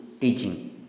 teaching